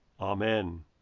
Amen